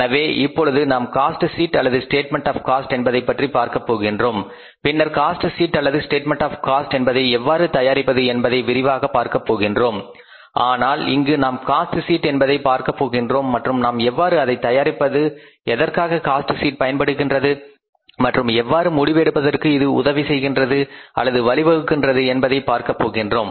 எனவே இப்பொழுது நாம் காஸ்ட் ஷீட் அல்லது ஸ்டேட்மெண்ட் ஆஃ காஸ்ட் என்பதைப்பற்றி பார்க்கப் போகின்றோம் பின்னர் காஸ்ட் ஷீட் அல்லது ஸ்டேட்மெண்ட் ஆஃ காஸ்ட் என்பதை எவ்வாறு தயாரிப்பது என்பதை விரிவாக பார்க்க போகின்றோம் ஆனால் இங்கு நாம் காஸ்ட் ஷீட் என்பதை பார்க்க போகின்றோம் மற்றும் நாம் எவ்வாறு அதை தயாரிப்பது எதற்காக காஸ்ட் ஷீட் பயன்படுகின்றது மற்றும் எவ்வாறு முடிவு எடுப்பதற்கு இது உதவி செய்கின்றது அல்லது வழிவகுக்கின்றது என்பதை பார்க்க போகின்றோம்